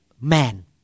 man